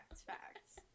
facts